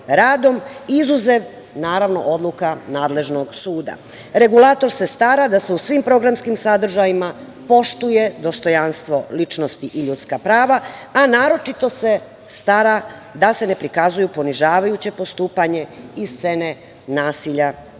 izuzev odluka nadležnog suda. Regulator se stara da se u svom programskim sadržajima poštuje dostojanstvo ličnosti i ljudska prava, a naročito se stara da se ne prikazuju ponižavajuće postupanje i scene nasilja i